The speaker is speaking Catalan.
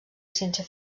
ciència